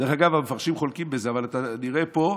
דרך אגב, המפרשים חלוקים בזה, אבל נראה פה,